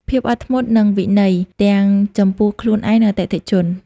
ភាពអត់ធ្មត់ និងវិន័យ ទាំងចំពោះខ្លួនឯង និងអតិថិជន។